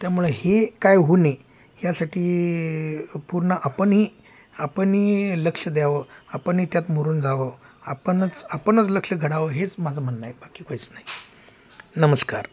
त्यामुळे हे काय होऊ नये ह्यासाठी पूर्ण आपणही आपणही लक्ष द्यावं आपणही त्यात मरून जावं आपणच आपणच लक्ष घडावं हेच माझं म्हणणं आहे बाकी काहीच नाही नमस्कार